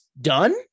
done